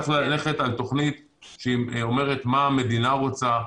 צריך ללכת על תוכנית שאומרת מה המדינה רוצה,